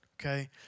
okay